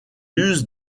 use